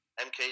MK